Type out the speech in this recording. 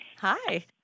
Hi